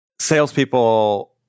salespeople